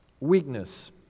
weakness